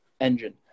Engine